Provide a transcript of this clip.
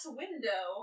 window